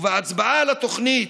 ובהצבעה על התוכנית,